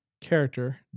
character